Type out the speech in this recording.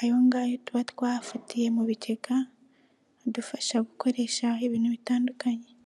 ayongayo tuba twafatiye mu bigega, adufasha gukoresha ibintu bitandukanye.